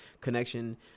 connection